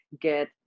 get